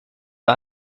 der